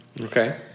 Okay